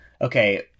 okay